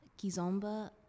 Kizomba